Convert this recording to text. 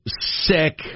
sick